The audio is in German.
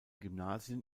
gymnasien